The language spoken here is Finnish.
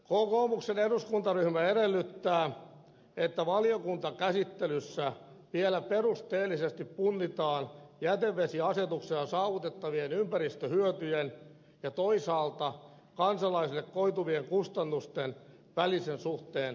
kokoomuksen eduskuntaryhmä edellyttää että valiokuntakäsittelyssä vielä perusteellisesti punnitaan jätevesiasetuksella saavutettavien ympäristöhyötyjen ja toisaalta kansalaisille koituvien kustannusten välisen suhteen oikeudenmukaisuutta